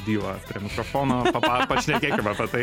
diva prie mikrofono pašnekėkim apie tai